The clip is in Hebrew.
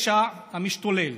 הפשע המשתולל.